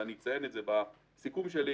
ואני אציין בסיכום שלי